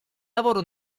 lavoro